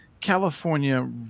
California